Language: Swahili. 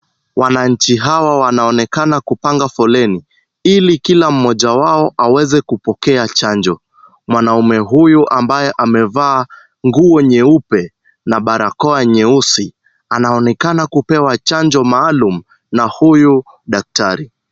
Wananchi hawa wanaonekana kupanga foleni ili kila mmoja wao aweze kupokea chanjo. Mwanaume huyu ambaye amevaa nguo nyeupe na barakoa nyeusi, anaonekana kupewa chanjo maalum na huyu daktari.